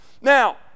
Now